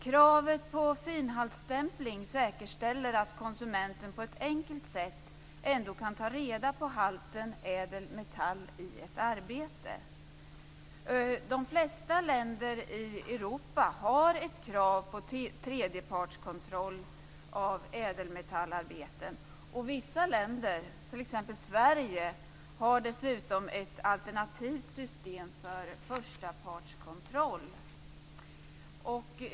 Kravet på finhaltsstämpling säkerställer att konsumenten på ett enkelt sätt ändå kan ta reda på halten ädel metall i ett arbete. De flesta länder i Europa har ett krav på tredjepartskontroll av ädelmetallarbeten. Vissa länder, t.ex. Sverige, har dessutom ett alternativt system för förstapartskontroll.